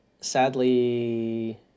sadly